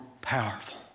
powerful